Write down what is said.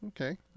okay